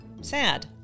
Sad